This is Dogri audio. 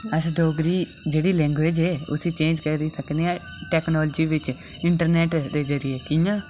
अस जेह्ड़ी डोगरी लैंग्वेज़ ऐ उसी चेंज़ करी सकने आं टेक्नोलॉजी बिच इंटरनेट दे जरिये कि'यां